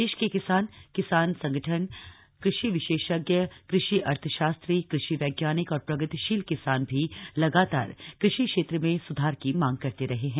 देश के किसान किसानों संगठन कृषि विशेषज्ञ कृषि अर्थशास्त्री कृषि वैज्ञानिक और प्रगतिशील किसान भी लगातार कृषि क्षेत्र में सुधार की मांग करते रहे हैं